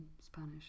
Spanish